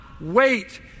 Wait